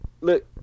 Look